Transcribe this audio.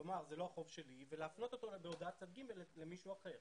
לומר שזה לא החוב שלך ולהפנות בהודעת צד ג' למישהו אחר.